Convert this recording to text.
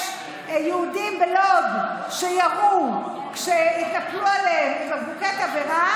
יש יהודים בלוד שירו כשהתנפלו עליהם עם בקבוקי תבערה.